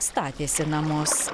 statėsi namus